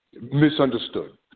misunderstood